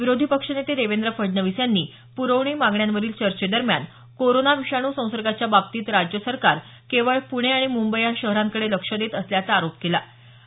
विरोधी पक्षनेते देवेंद्र फडणवीस यांनी प्रवणी मागण्यांवरील चर्चेदरम्यान कोरोना विषाणू संसर्गाच्याबाबतीत राज्य सरकार केवळ पुणे आणि मुंबई या शहरांकडे लक्ष देत असल्याचा आरोप केला होता